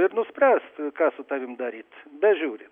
ir nuspręs ką su tavim daryt bežiūri